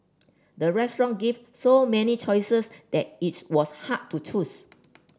the restaurant give so many choices that its was hard to choose